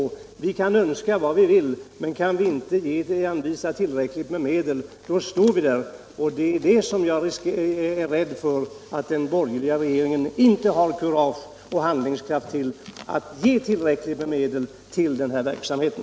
Vi kan visserligen önska vad vi vill, men kan vi inte anvisa tillräckligt med medel står vi där. Jag är rädd för att den borgerliga regeringen inte har kurage och handlingskraft för att ge tillräckligt med medel till den här verksamheten.